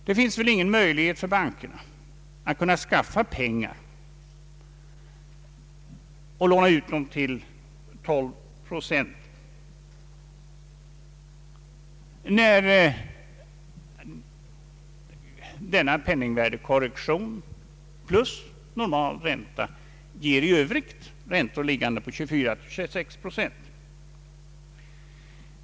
Det finns väl ingen möjlighet för bankerna att skaffa pengar och låna ut dem till 12 procent, när penningvärdekorrektionen plus normal ränta ger i övrigt räntor på 24—26 procent.